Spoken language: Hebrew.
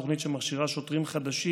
תוכנית שמכשירה שוטרים חדשים